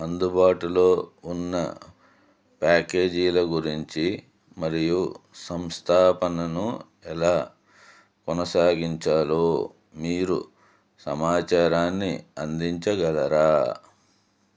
అందుబాటులో ఉన్న ప్యాకేజీల గురించి మరియు సంస్థాపనను ఎలా కొనసాగించాలో మీరు సమాచారాన్ని అందించగలరా